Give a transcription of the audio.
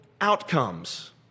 outcomes